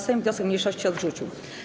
Sejm wniosek mniejszości odrzucił.